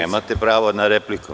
Nemate pravo na repliku.